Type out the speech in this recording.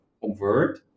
convert